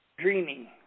Dreaming